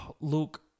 Look